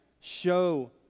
show